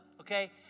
okay